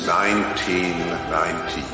1990